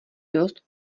dost